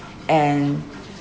and